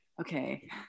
okay